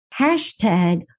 hashtag